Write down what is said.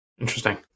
Interesting